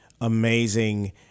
amazing